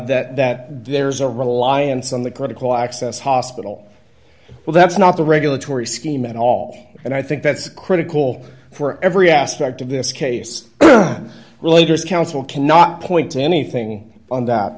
that that there's a reliance on the critical access hospital well that's not the regulatory scheme at all and i think that's critical for every aspect of this case the leaders council cannot point to anything on that